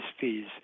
fees